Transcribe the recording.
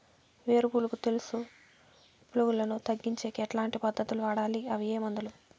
వేరు పులుగు తెలుసు పులుగులను తగ్గించేకి ఎట్లాంటి పద్ధతులు వాడాలి? అవి ఏ మందులు?